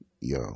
Yo